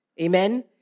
Amen